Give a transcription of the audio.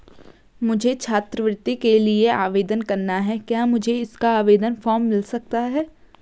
मुझे छात्रवृत्ति के लिए आवेदन करना है क्या मुझे इसका आवेदन फॉर्म मिल सकता है?